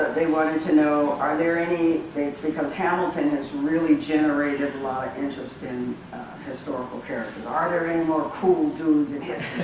they wanted to know are there any because hamilton has really generated a lot of interest in historical characters are there any more cool dudes in history?